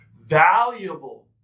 valuable